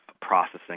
processing